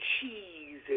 cheese